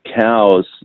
cows